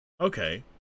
okay